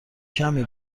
کمی